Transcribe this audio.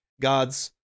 God's